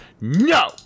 No